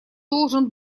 должен